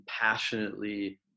passionately